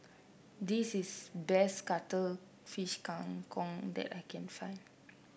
this is best Cuttlefish Kang Kong that I can find